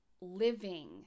living